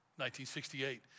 1968